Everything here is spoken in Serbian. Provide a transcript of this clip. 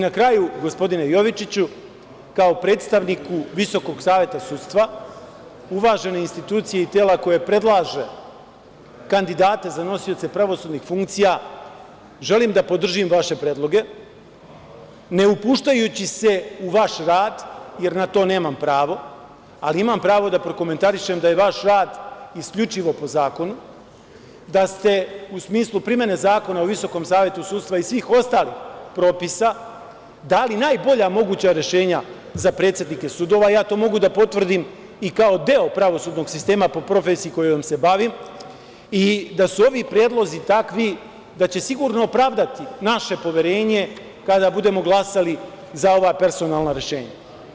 Na kraju, gospodine Jovičiću, kao predstavniku Visokog saveta sudstva, uvažene institucije i tela koje predlaže kandidate za nosioce pravosudnih funkcija, želim da podržim vaše predloge, ne upuštajući se u vaš rad, jer na to nemam pravo, ali imam pravo da prokomentarišem da je vaš rad isključivo po zakonu, da ste u smislu primene Zakona o Visokom savetu sudstva i svih ostalih propisa dali najbolja moguća rešenja za predsednike sudova, ja to mogu da potvrdim, kao deo pravosudnog sistema po profesiji kojom se bavim, i da su ovi predlozi takvi da će sigurno opravdati naše poverenje kada budemo glasali za ova personalna rešenja.